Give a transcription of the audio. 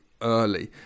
early